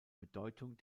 bedeutung